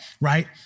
right